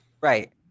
right